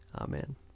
Amen